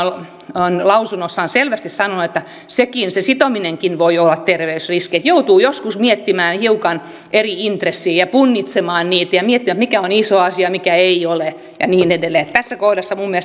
on lausunnossaan selvästi sanonut että se sitominenkin voi olla terveysriski joutuu joskus miettimään hiukan eri intressejä ja punnitsemaan niitä ja miettimään mikä on iso asia mikä ei ole ja niin edelleen tässä kohdassa minun